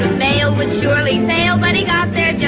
male would surely fail many up there yeah